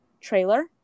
trailer